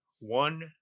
one